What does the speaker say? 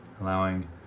allowing